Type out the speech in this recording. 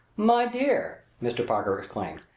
my dear, mr. parker exclaimed,